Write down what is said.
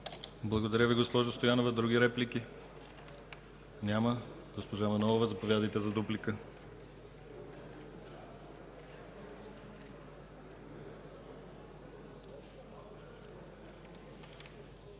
Благодаря Ви, госпожо Стоянова. Други реплики? Няма. Госпожо Манолова, заповядайте за дуплика.